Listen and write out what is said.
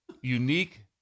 unique